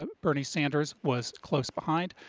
bernie sanders was close behind.